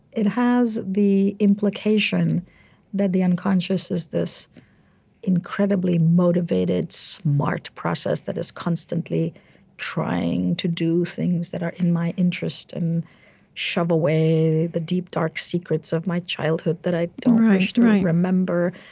it has the implication that the unconscious is this incredibly motivated, smart process that is constantly trying to do things that are in my interest and shove away the deep dark secrets of my childhood that i don't wish to remember.